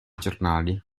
giornali